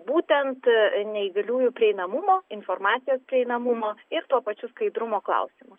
būtent neįgaliųjų prieinamumo informacijos prieinamumo ir tuo pačiu skaidrumo klausimu